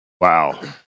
wow